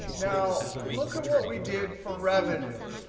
now, look at what we did for revenue.